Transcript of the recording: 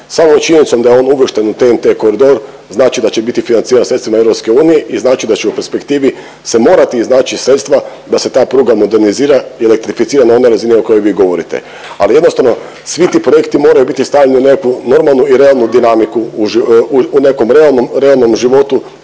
Samom činjenicom da je on uvršten u TNT koridor znači da će biti financiran sredstvima EU i znači da će u perspektivi se morati iznaći sredstva da se ta pruga modernizira i elektrificira na onoj razini o kojoj vi govorite. Ali jednostavno, svi ti projekti moraju biti stavljeni na nekakvu normalnu i realnu dinamiku u .../nerazumljivo/...